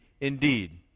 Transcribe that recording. indeed